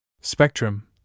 Spectrum